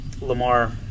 Lamar